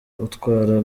utwara